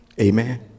Amen